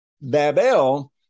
Babel